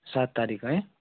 सात तारिक है